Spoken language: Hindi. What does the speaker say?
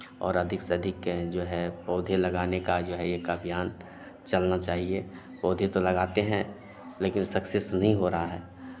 और अधिक से अधिक जो है पौधे लगाने का जो है एक अभियान चलना चाहिए पौधे तो लगाते हैं लेकिन सक्सेस नहीं हो रहा है